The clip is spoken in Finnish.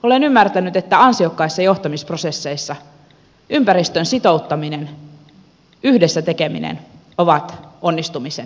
olen ymmärtänyt että ansiokkaissa johtamisprosesseissa ympäristön sitouttaminen yhdessä tekeminen ovat onnistumisen edellytyksiä